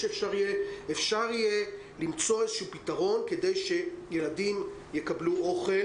צריך למצוא איזה שהוא פתרון כך שילדים יקבלו אוכל,